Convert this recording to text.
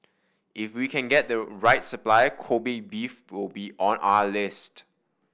if we can get the right supplier Kobe beef will be on our list